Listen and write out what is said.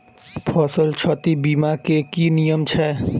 फसल क्षति बीमा केँ की नियम छै?